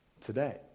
today